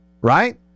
Right